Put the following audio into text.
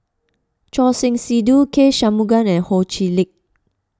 Choor Singh Sidhu K Shanmugam and Ho Chee Lick